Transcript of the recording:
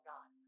God